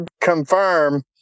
confirm